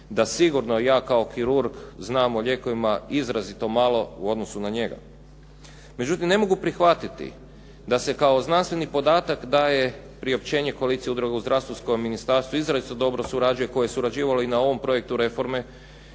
da sigurno ja kao kirurg znam o lijekovima izrazito malo u odnosu na njega. Međutim, ne mogu prihvatiti da se kao znanstveni podatak daje priopćenje koalicije udruga u zdravstvu s kojima ministarstvo izrazito dobro surađuje, koje je surađivalo i na ovom projektu reforme